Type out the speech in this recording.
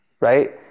Right